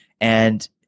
and-